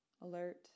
alert